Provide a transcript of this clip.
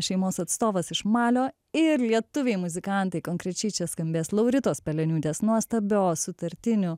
šeimos atstovas iš malio ir lietuviai muzikantai konkrečiai čia skambės lauritos peleniūtės nuostabios sutartinių